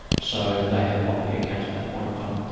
so they had blocked the account at that point in time.